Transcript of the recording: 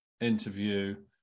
interview